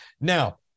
Now